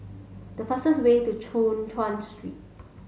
the fastest way to Choon Chuan Street